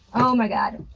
oh my god.